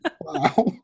Wow